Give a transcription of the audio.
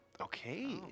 Okay